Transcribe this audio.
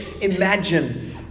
Imagine